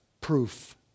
proof